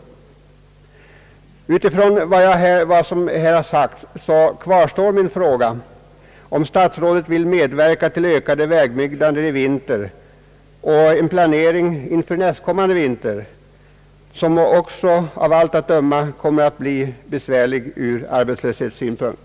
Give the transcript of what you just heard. Efter vad jag här har sagt kvarstår min fråga, om statsrådet vill medverka till ett ökat vägbyggande i vinter och en planering inför nästkommande vinter, som också av allt att döma kommer att bli besvärlig ur sysselsättningssynpunkt.